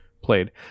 played